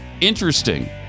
Interesting